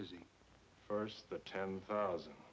is the first ten thousand